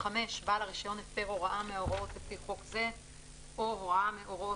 בעל הרישיון הפר הוראה מההוראות לפי חוק זה או הוראה מהוראות